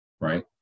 right